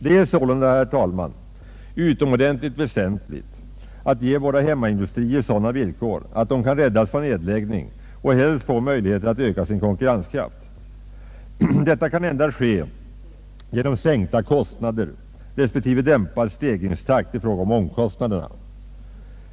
Det är sålunda, herr talman, utomordentligt väsentligt att ge våra hemmaindustrier sådana villkor att de kan räddas från nedläggning och helst få möjligheter att öka sin konkurrenskraft. Detta kan ske endast genom sänkta kostnader respektive dämpad stegringstakt i fråga om omkostnaderna.